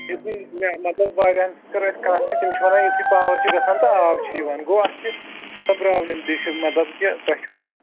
یُتھُے مےٚ مطلب واریاہن سۭتۍ کٔر اَسہِ کَتھ تہِ تِم چھِ وَنان یُتھُے پاوَر چھُ گژھان تہٕ آب چھِ یِوان گوٚو اَتھ چھِ سۄ پرٛابلِم تہِ چھِ مطلب کہِ تۄہہِ چھُو